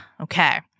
Okay